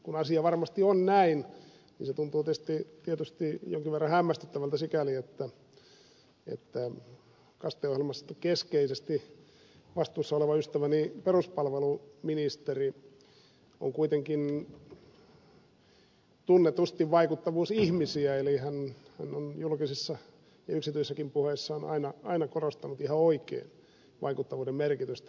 kun asia varmasti on näin niin se tuntuu tietysti jonkin verran hämmästyttävältä sikäli että kaste ohjelmasta keskeisesti vastuussa oleva ystäväni peruspalveluministeri on kuitenkin tunnetusti vaikuttavuusihmisiä eli hän on julkisissa ja yksityisissäkin puheissaan aina korostanut ihan oikein vaikuttavuuden merkitystä